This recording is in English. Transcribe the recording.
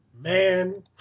Man